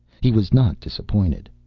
he was not disappointed.